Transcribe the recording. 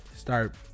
Start